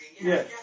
yes